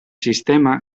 sistema